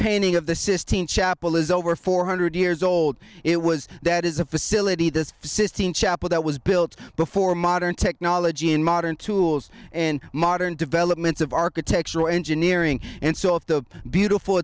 painting of the sistine chapel is over four hundred years old it was that is a facility this the sistine chapel that was built before modern technology and modern tools and modern developments of architectural engineering and so if the beautiful